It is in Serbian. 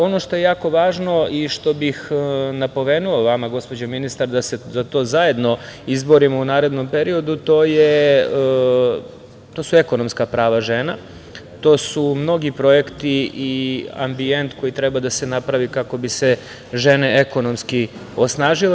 Ono što je jako važno i što bih napomenuo, vama gospođo ministar, da se za to zajedno izborimo u narednom periodu, to su ekonomska prava žena, to su mnogi projekti i ambijent koji treba da se napravi kako bi se žene ekonomski osnažile.